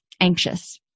anxious